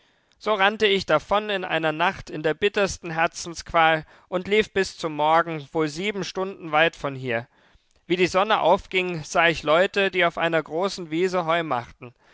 so rannte ich davon in einer nacht in der bittersten herzensqual und lief bis zum morgen wohl sieben stunden weit von hier wie die sonne aufging sah ich leute die auf einer großen wiese heu machten